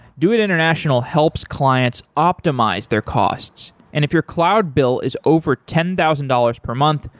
doit international helps clients optimize their costs, and if your cloud bill is over ten thousand dollars per month,